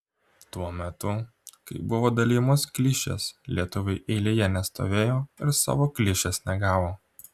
tuo metu kai buvo dalijamos klišės lietuviai eilėje nestovėjo ir savo klišės negavo